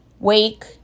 Wake